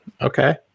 okay